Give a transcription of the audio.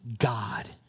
God